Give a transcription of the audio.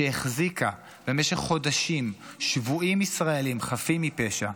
שהחזיקה במשך חודשים שבויים ישראליים חפים מפשע,